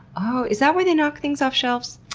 oh, is that why they knock things off shelves?